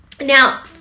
Now